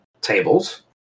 tables